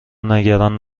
نگران